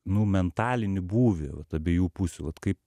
nu mentalinį būvį vat abiejų pusių vat kaip